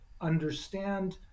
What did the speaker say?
understand